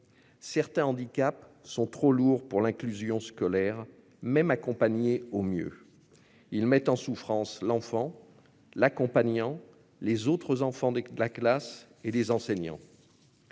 Certains handicaps sont trop lourds pour l'inclusion scolaire même accompagner au mieux. Ils mettent en souffrance l'enfant l'accompagnant les autres enfants de la classe et les enseignants.